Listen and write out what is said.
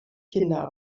kinder